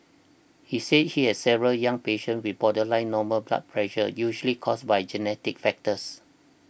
he said he has several young patients with borderline normal blood pressure usually caused by genetic factors